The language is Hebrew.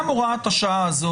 גם הוראת השעה הזו,